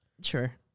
Sure